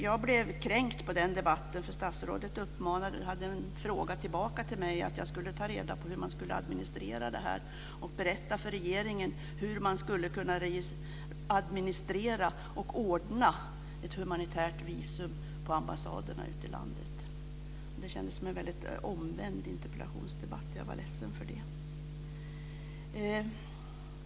Jag blev kränkt i den debatten för statsrådet hade en fråga tillbaka till mig. Hon ville att jag skulle ta reda på hur man skulle administrera det här, att jag skulle berätta för regeringen hur man skulle kunna administrera och ordna ett humanitärt visum på ambassaderna ute i landet. Det kändes som en väldigt omvänd interpellationsdebatt. Jag var ledsen för det.